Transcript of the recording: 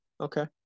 Okay